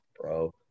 bro